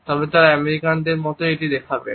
তবে তারা আমেরিকানদের মতোই এটি দেখাবেন